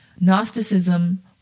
Gnosticism